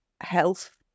health